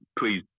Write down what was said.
please